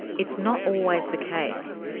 it's not always the case.